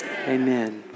Amen